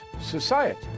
society